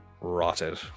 rotted